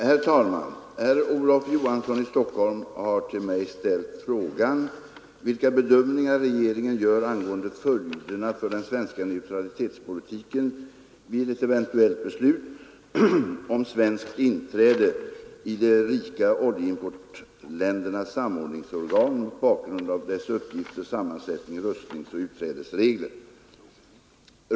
Herr talman! Herr Olof Johansson i Stockholm har till mig ställt frågan vilka bedömningar regeringen gör angående följderna för den svenska neutralitetspolitiken vid ett eventuellt beslut om svenskt inträde i de rika oljeimportländernas samordningsorgan mot bakgrund av dess uppgifter, sammansättning, röstningsoch utträdesregler.